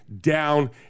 down